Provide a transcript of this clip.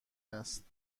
است